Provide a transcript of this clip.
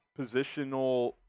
positional